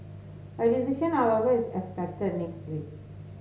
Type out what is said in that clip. a decision however is expected next week